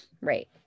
right